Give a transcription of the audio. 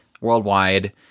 worldwide